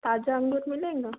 ताज़ा अंगूर मिलेगा